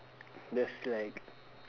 just like